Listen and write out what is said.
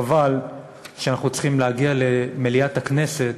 חבל שאנחנו צריכים להגיע למליאת הכנסת